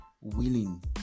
willing